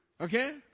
Okay